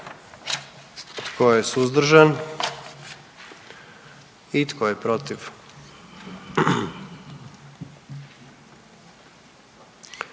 Tko je suzdržan? Tko je protiv?